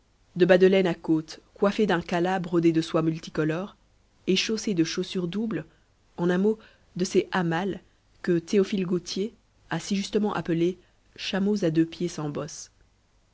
de bas de laine à côtes coiffés d'un kalah brodé de soies multicolores et chaussés de chaussures doubles en un mot de ces hammals que théophile gautier a si justement appelés chameaux à deux pieds sans bosses